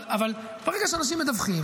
אבל ברגע שאנשים מדווחים,